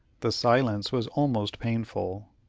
the silence was almost painful.